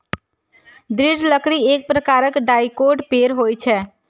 दृढ़ लकड़ी एक प्रकारक डाइकोट पेड़ होइ छै